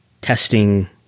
testing